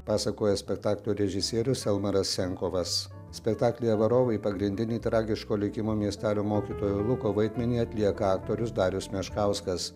pasakoja spektaklio režisierius elmaras senkovas spektaklyje varovai pagrindinį tragiško likimo miestelio mokytojo luko vaidmenį atlieka aktorius darius meškauskas